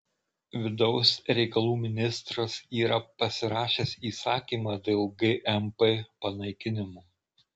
vidaus reikalų ministras yra pasirašęs įsakymą dėl gmp panaikinimo